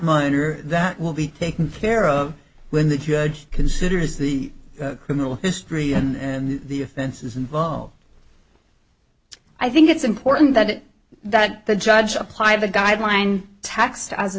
minor that will be taken care of when the judge considers the criminal history and the offenses involved i think it's important that it that the judge apply the guideline tax to as